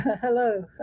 Hello